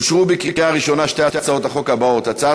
אושרו בקריאה ראשונה שתי הצעות החוק האלה: הצעת